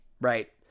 right